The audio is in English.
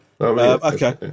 okay